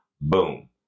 boom